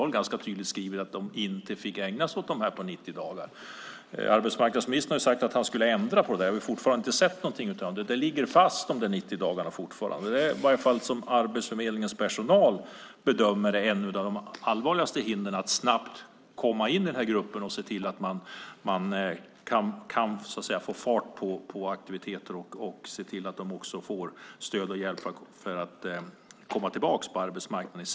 Det var ganska tydligt skrivet att Arbetsförmedlingen inte fick ägna sig åt dem på 90 dagar. Arbetsmarknadsministern har sagt att han skulle ändra på detta, men det har vi fortfarande inte sett någonting av. De 90 dagarna ligger fast. I varje fall Arbetsförmedlingens personal bedömer att detta är ett av de allvarligaste hindren för att snabbt komma in i den här gruppen och se till att få fart på aktiviteter och stöd och hjälp för att de ska kunna komma tillbaka på arbetsmarknaden.